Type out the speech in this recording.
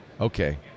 okay